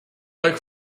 like